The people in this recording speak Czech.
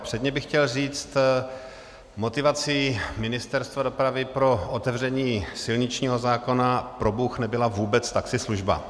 Předně bych chtěl říct, motivací Ministerstva dopravy pro otevření silničního zákona nebyla probůh vůbec taxislužba.